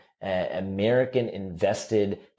American-invested